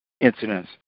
incidents